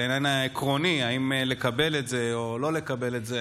על העניין העקרוני אם לקבל את זה או לא לקבל את זה.